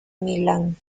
milán